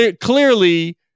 clearly